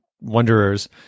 wanderers